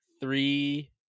three